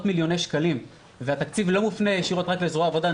מיליוני שקלים והתקציב לא מופנה ישירות רק לזרוע העבודה.